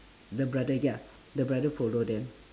the brother ya the brother follow them